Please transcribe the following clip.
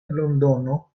londono